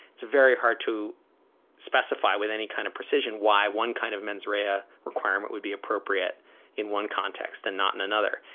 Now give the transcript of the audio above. it's very hard to specify with any kind of precision why one kind of menswear requirement would be appropriate in one context and not in another.